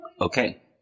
Okay